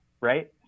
right